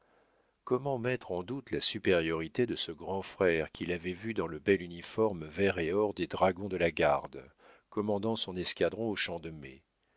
comment mettre en doute la supériorité de ce grand frère qu'il avait vu dans le bel uniforme vert et or des dragons de la garde commandant son escadron au champ de mai malgré sa